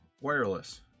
wireless